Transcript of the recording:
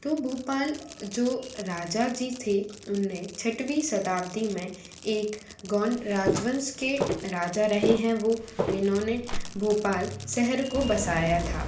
तो भोपाल जो राजा जी थे उनने छठवीं शताब्दी में एक गोंड राजवंश के राजा रहे हैं वो जिन्होंने भोपाल शहर को बसाया था